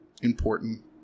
important